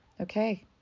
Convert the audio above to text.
okay